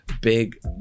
big